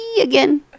again